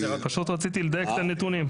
פשוט רציתי לדייק את הנתונים.